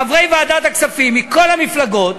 חברי ועדת הכספים מכל המפלגות,